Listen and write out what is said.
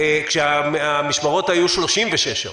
כאשר המשמרות נמשכו 36 שעות,